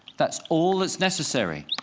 that's all that's necessary.